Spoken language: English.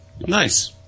Nice